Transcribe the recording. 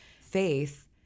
faith